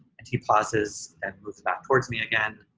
and he pauses and moves back towards me again.